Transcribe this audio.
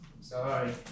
Sorry